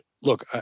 look